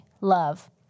love